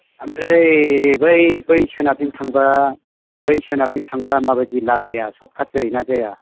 ओमफ्राय बै बै सोनाबजों थांबा बै सोनाबजों थांबा मा बायदि लामाया शर्टकाट जायोना जाया